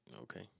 Okay